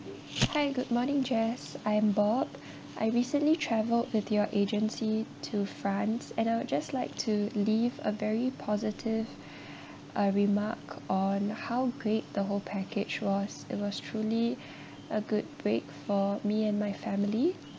hi good morning jess I am bob I recently travelled with your agency to france and I would just like to leave a very positive uh remark on how great the whole package was it was truly a good break for me and my family